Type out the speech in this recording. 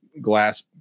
glass